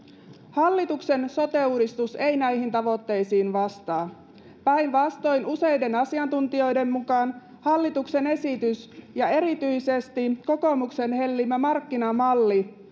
hallituksen sote uudistus ei näihin tavoitteisiin vastaa päinvastoin useiden asiantuntijoiden mukaan hallituksen esitys ja erityisesti kokoomuksen hellimä markkinamalli